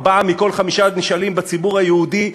ארבעה מכל חמישה נשאלים בציבור היהודי,